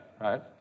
right